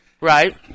right